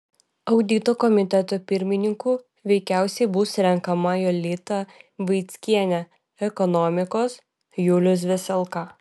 audito komiteto pirmininku veikiausiai bus renkama jolita vaickienė ekonomikos julius veselka